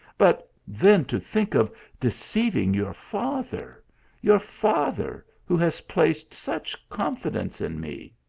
but then to think of deceiving your father your father, who has placed such confidence in me?